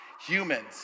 Humans